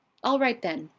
all right, then,